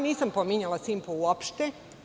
Nisam pominjala „Simpo“ uopšte.